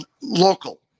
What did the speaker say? local